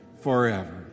forever